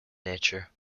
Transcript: nature